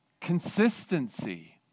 consistency